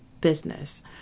business